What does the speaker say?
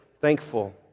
thankful